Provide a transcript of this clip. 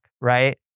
right